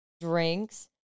drinks